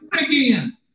again